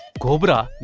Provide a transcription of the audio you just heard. cobra!